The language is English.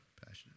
passionate